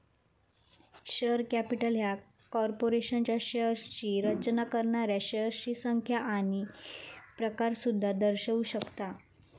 share capital ह्या कॉर्पोरेशनच्या शेअर्सची रचना करणाऱ्या शेअर्सची संख्या आणि प्रकार सुद्धा दर्शवू शकता